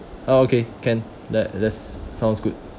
ah okay can that that's sounds good